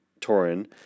Torin